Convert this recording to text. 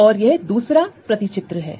और यह दूसरा मैप है